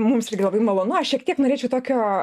mums irgi labai malonu aš šiek tiek norėčiau tokio